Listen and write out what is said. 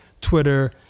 Twitter